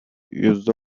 yüzde